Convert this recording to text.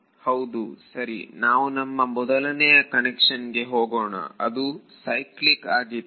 ಹೌದು ಸರಿ ನಾವು ನಮ್ಮ ಮೊದಲನೆಯ ಕನ್ವೆನ್ಷನ್ ಗೆ ಹೋಗೋಣ ಅದು ಸೈಕ್ಲಿಕ್ ಆಗಿತ್ತು